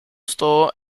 store